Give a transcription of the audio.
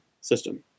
system